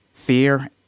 fear